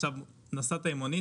עכשיו נסעת עם מונית.